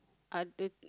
I'll take